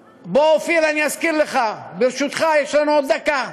בוא, אופיר, אזכיר, ברשותך, יש לנו עוד דקה.